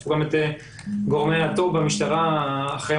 יש פה גם את גורמי הטו"פ במשטרה שאחראים